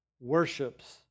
worships